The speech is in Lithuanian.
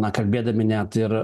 na kalbėdami net ir